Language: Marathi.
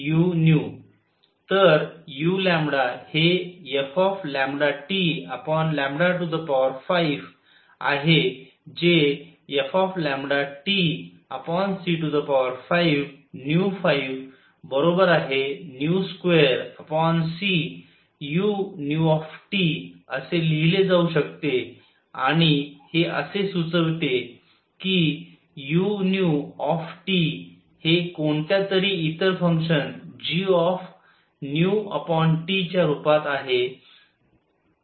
तर u हे fT5आहे जे fTc552cu असे लिहिले जाऊ शकते आणि हे असे सुचवते कि u हे कोणत्यातरी इतर फंक्शन g रूपात आहे